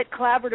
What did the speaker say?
collaborative